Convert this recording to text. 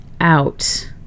out